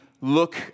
look